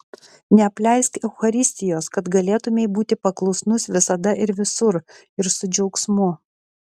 neapleisk eucharistijos kad galėtumei būti paklusnus visada ir visur ir su džiaugsmu